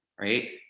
right